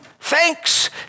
thanks